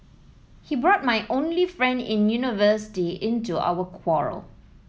he brought my only friend in university into our quarrel